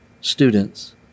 students